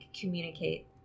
communicate